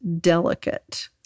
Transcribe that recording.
delicate